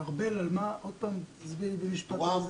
ארבל, עוד פעם, תסבירי במשפט אחד.